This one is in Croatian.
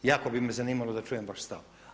Jako bi me zanimalo da čujem vaš stav.